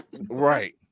right